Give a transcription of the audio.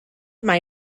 mai